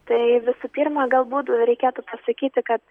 tai visų pirma galbūt reikėtų pasakyti kad